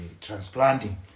transplanting